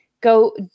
go